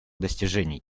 достижений